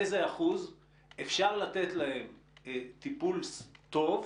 איזה אחוז אפשר לתת להם טיפול טוב,